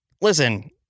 listen